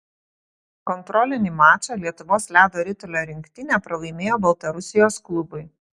kontrolinį mačą lietuvos ledo ritulio rinktinė pralaimėjo baltarusijos klubui